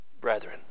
brethren